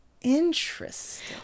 Interesting